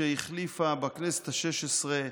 שהחליפה בכנסת השש-עשרה,